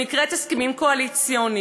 שנקראת הסכמים קואליציוניים.